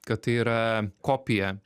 kad tai yra kopija